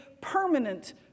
permanent